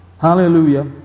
Hallelujah